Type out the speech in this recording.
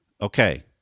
okay